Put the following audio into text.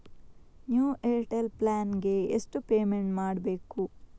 New Airtel plan ಗೆ ಎಷ್ಟು payment ಮಾಡ್ಬೇಕು?